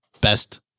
best